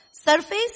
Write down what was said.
surface